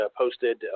posted